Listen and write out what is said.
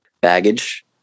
baggage